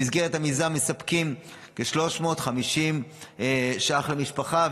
במסגרת המיזם מספקים כ-350 ש"ח למשפחה,